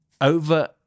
over